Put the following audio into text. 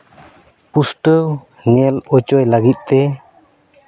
ᱯᱩᱥᱴᱟᱹᱣ ᱧᱮᱞ ᱦᱚᱪᱚᱭ ᱞᱟᱹᱜᱤᱫ ᱛᱮ